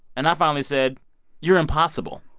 and i finally said you're impossible.